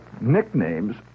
nicknames